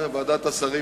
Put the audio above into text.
ועדת השרים,